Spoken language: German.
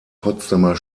potsdamer